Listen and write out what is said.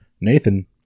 Nathan